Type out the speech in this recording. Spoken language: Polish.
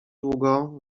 długo